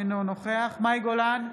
אינו נוכח מאי גולן,